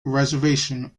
reservation